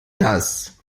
das